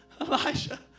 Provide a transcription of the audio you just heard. Elijah